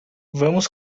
vamos